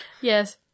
Yes